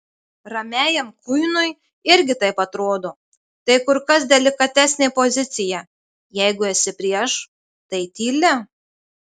ramiajam kuinui irgi taip atrodo tai kur kas delikatesnė pozicija jeigu esi prieš tai tyli